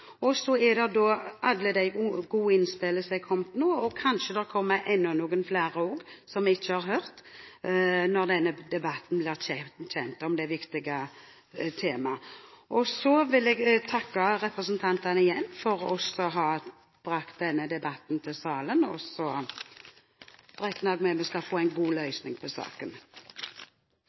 i. Så er det alle de gode innspillene som er kommet nå. Kanskje det også kommer enda noen flere som vi ikke har hørt om, når denne debatten om det viktige temaet blir kjent. Jeg vil igjen takke representantene for å ha brakt denne debatten til salen, og så regner jeg med at vi skal få en god løsning på saken.